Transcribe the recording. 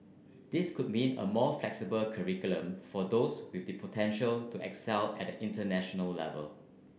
this could mean a more flexible curriculum for those with the potential to excel at the international level